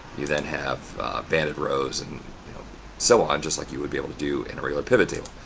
you then have banded rows and so on just like you would be able to do in a regular pivot table.